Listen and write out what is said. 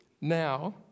now